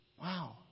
Wow